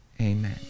amen